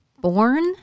Born